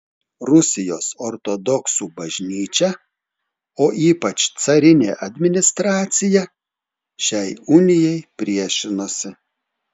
rusijos ortodoksų bažnyčia o ypač carinė administracija šiai unijai priešinosi